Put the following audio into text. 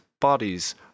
bodies